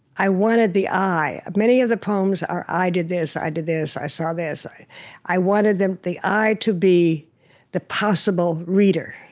i wanted the i. many of the poems are i did this. i did this. i saw this. i i wanted the i to be the possible reader,